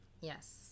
Yes